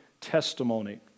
testimony